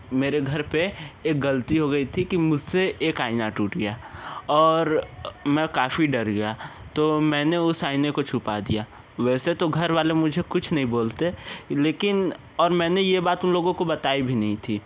मेरे घर पे एक गलती हो गई थी कि मुझसे एक आइना टूट गया और मैं काफ़ी डर गया तो मैंने उसे आईने को छुपा दिया वैसे तो घर वाले मुझे कुछ नहीं बोलते लेकिन और मैंने ये बात उन लोगों को बताई भी नहीं थी